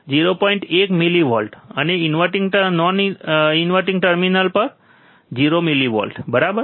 1 millivolt અને invert non inverting terminal 0 millivolt બરાબર